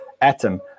atom